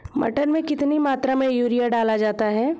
मटर में कितनी मात्रा में यूरिया डाला जाता है?